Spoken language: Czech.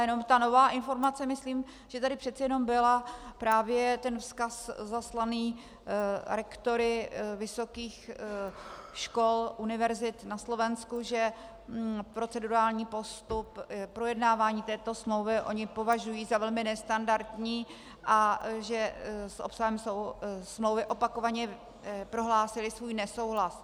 Jenom ta nová informace, myslím, že tady přece jenom byl právě ten vzkaz zaslaný rektory vysokých škol, univerzit na Slovensku, že procedurální postup projednávání této smlouvy oni považují za velmi nestandardní a že s obsahem smlouvy opakovaně prohlásili svůj nesouhlas.